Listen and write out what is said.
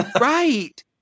Right